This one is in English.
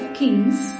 kings